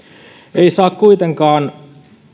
ei saa kuitenkaan